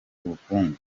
ubukungu